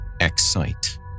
excite